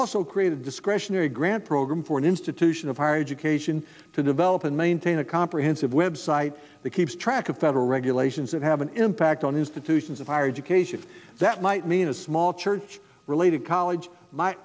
also create a discretionary grant program for an institution of higher education to develop and maintain a comprehensive website that keeps track of federal regulations that have an impact on institutions of higher education that might mean a small church related college my